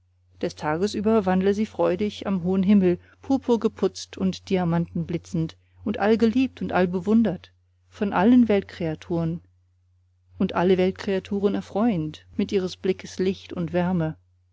des tages über wandle sie freudig am hohen himmel purpurgeputzt und diamantenblitzend und allgeliebt und allbewundert von allen weltkreaturen und alle weltkreaturen erfreuend mit ihres blickes licht und wärme